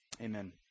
amen